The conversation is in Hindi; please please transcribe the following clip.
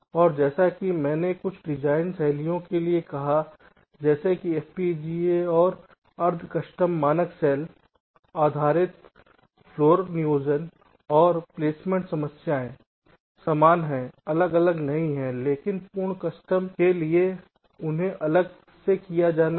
और जैसा कि मैंने कुछ डिज़ाइन शैलियों के लिए कहा है जैसे कि FPGA और अर्ध कस्टम मानक सेल आधारित फर्श नियोजन और प्लेसमेंट समस्याएं समान हैं अलग अलग नहीं हैं लेकिन पूर्ण कस्टम के लिए उन्हें अलग से किया जाना है